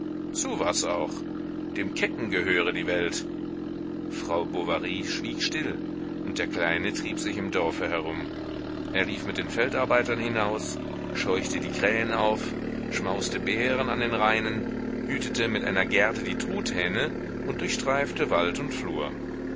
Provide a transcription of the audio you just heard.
zu was auch dem kecken gehöre die welt frau bovary schwieg still und der kleine trieb sich im dorfe herum er lief mit den feldarbeitern hinaus scheuchte die krähen auf schmauste beeren an den rainen hütete mit einer gerte die truthähne und durchstreifte wald und flur